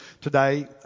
Today